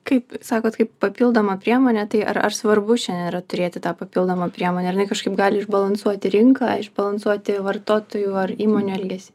kaip sakot kaip papildoma priemonė tai ar ar svarbu šiandien yra turėti tą papildomą priemonę ar jinai kažkaip gali išbalansuoti rinką išbalansuoti vartotojų ar įmonių elgesį